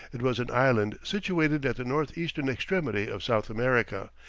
it was an island situated at the north-eastern extremity of south america,